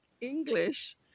english